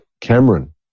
Cameron